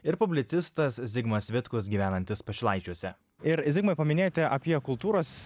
ir publicistas zigmas vitkus gyvenantis pašilaičiuose ir zigmai paminėjote apie kultūros